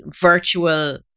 virtual